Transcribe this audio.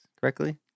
correctly